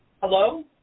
Hello